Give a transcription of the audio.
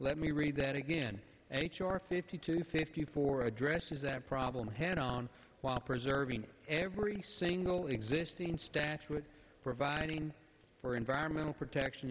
let me read that again h r fifty two fifty four addresses that problem head on while preserving every single existing statute providing for environmental protection